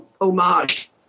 homage